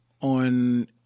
on